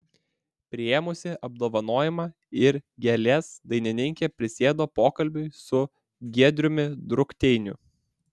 priėmusi apdovanojimą ir gėles dainininkė prisėdo pokalbiui su giedriumi drukteiniu